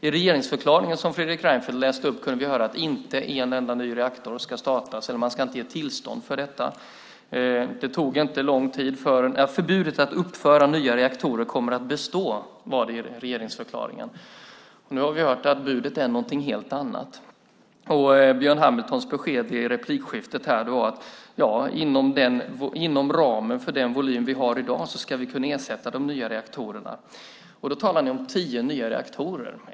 I regeringsförklaringen som Fredrik Reinfeldt läste upp kunde vi höra att inte en enda ny reaktor ska startas. Man ska inte ge tillstånd till detta. Förbudet att uppföra nya reaktorer kommer att bestå, stod det i regeringsförklaringen. Nu har vi hört att budet är någonting helt annat. Björn Hamiltons besked i replikskiftet var att vi inom ramen för den volym som vi har i dag ska kunna ersätta de nya reaktorerna. Då talar ni om tio nya reaktorer.